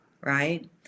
right